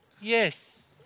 Yes